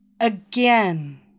Again